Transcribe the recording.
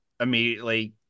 immediately